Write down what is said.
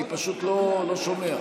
אני פשוט לא שומע.